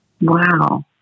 Wow